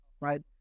right